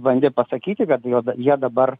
bandė pasakyti kad jie dabar